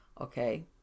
okay